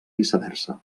viceversa